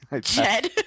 Jed